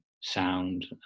sound